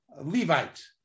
Levite